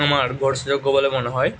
আমার ভরসাযোগ্য বলে মনে হয়